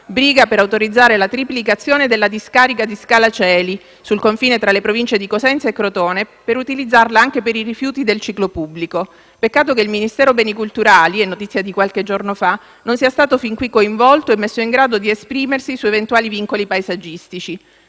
briga per autorizzare la triplicazione della discarica di Scala Coeli, sul confine tra le Province di Cosenza e Crotone, per utilizzarla anche per i rifiuti del ciclo pubblico. Peccato che il Ministero per i beni e le attività culturali - è notizia di qualche giorno fa - non sia stato fin qui coinvolto e messo in grado di esprimersi su eventuali vincoli paesaggistici.